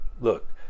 look